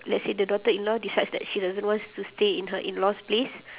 let's say the daughter-in-law decides that she doesn't wants to stay in her in-laws' place